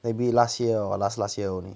maybe last year last last year only